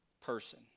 person